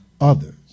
others